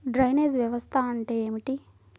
Drainage వ్యవస్థ అంటే ఏమిటి?